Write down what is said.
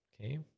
Okay